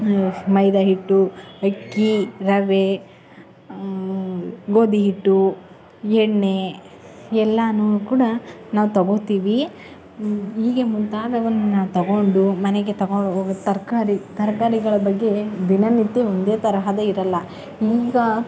ಮೈದಾ ಹಿಟ್ಟು ಅಕ್ಕಿ ರವೆ ಗೋಧಿ ಹಿಟ್ಟು ಎಣ್ಣೆ ಎಲ್ಲನೂ ಕೂಡ ನಾವು ತಗೊಳ್ತೀವಿ ಹೀಗೆ ಮುಂತಾದವನ್ನು ತಗೊಂಡು ಮನೆಗೆ ತಗೊಂಡು ಹೋಗೊ ತರಕಾರಿ ತರಕಾರಿಗಳ ಬಗ್ಗೆ ದಿನನಿತ್ಯ ಒಂದೇ ತರಹದ ಇರೋಲ್ಲ ಈಗ